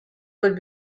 would